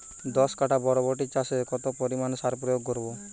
দশ কাঠা বরবটি চাষে কত পরিমাণ সার প্রয়োগ করব?